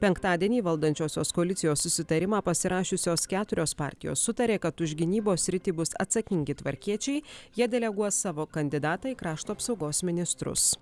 penktadienį valdančiosios koalicijos susitarimą pasirašiusios keturios partijos sutarė kad už gynybos sritį bus atsakingi tvarkiečiai jie deleguos savo kandidatą į krašto apsaugos ministrus